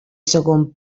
segon